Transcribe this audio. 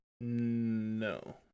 No